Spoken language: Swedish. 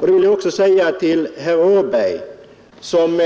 Jag vill också säga till herr Åberg som